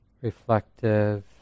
reflective